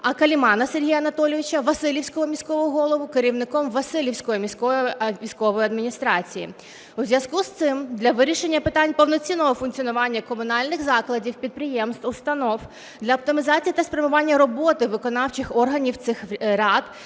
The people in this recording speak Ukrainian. а Калімана Сергія Анатолійовича, василівського міського голову, керівником Василівської міської військової адміністрації. У зв'язку з цим для вирішення питань повноцінного функціонування комунальних закладів, підприємств, установ для оптимізації та спрямування роботи виконавчих органів цих рад